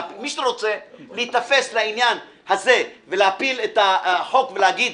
מי שרוצה להיתפס לעניין הזה ולהפיל את החוק ולהגיד,